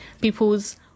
people's